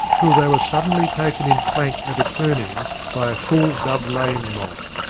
till they were suddenly taken in flank at a turning by a full dove lane mob.